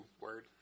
Word